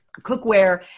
cookware